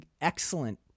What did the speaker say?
excellent